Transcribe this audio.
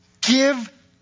give